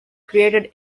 created